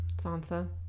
Sansa